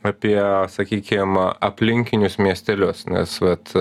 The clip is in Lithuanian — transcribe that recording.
apie sakykim aplinkinius miestelius nes vat